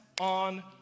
on